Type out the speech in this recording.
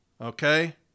okay